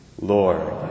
Lord